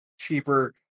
cheaper